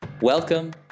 Welcome